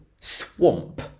Swamp